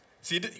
See